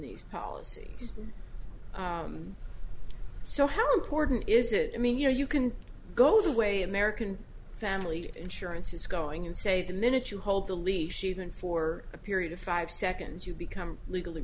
these policies so how important is it i mean you know you can go the way american family insurance is going and say the minute you hold the leash even for a period of five seconds you become legally